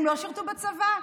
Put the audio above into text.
הם לא שירתו בצבא?